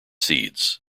seeds